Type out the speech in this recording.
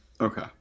Okay